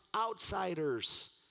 outsiders